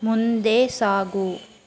ಮುಂದೆ ಸಾಗು